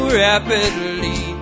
rapidly